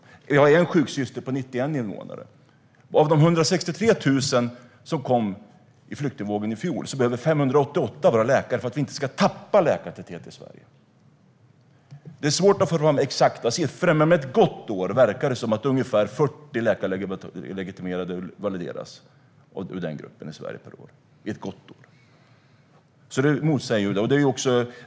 Vi har en sjuksyster på 91 invånare. Av de 163 000 som kom i flyktingvågen i fjol behöver 588 vara läkare för att vi inte ska tappa läkartäthet i Sverige. Det är svårt att få fram exakta siffror, men ett gott år verkar ungefär 40 läkarlegitimerade i den gruppen valideras i Sverige. Ett gott år. Det motsäger ju det du säger.